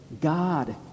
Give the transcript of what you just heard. God